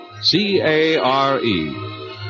C-A-R-E